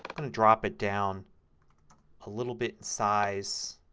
i'm going to drop it down a little bit size